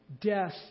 Death